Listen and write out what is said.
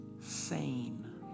sane